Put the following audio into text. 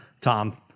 Tom